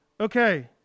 Okay